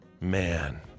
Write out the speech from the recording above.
man